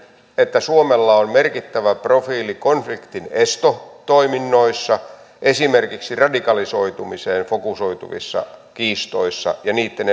että suomella on merkittävä profiili konfliktinestotoiminnoissa esimerkiksi radikalisoitumiseen fokusoituvissa kiistoissa ja niitten